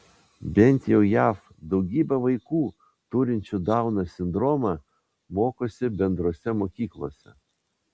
bent jau jav daugybė vaikų turinčių dauno sindromą mokosi bendrose mokyklose